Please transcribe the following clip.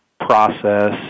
process